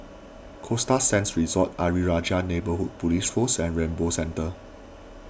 Costa Sands Resort Ayer Rajah Neighbourhood Police Post and Rainbow Centre